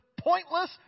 pointless